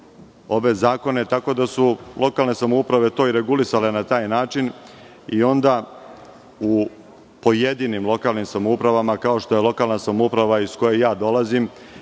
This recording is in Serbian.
ove zakone, tako da su lokalne samouprave to i regulisale na taj način i onda u pojedinim lokalnim samoupravama, kao što u lokalnoj samoupravi iz koje dolazim